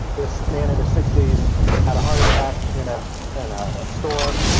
this man in his sixties had a heart attack in a and a store.